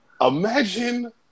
imagine